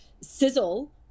sizzle